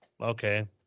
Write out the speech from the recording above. Okay